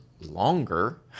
longer